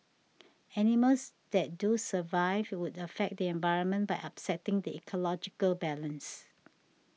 animals that do survive would affect the environment by upsetting the ecological balance